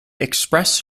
express